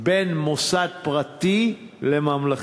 בין מוסד פרטי לממלכתי.